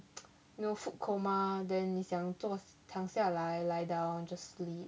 you know food coma then 你想做躺下来 lie down just sleep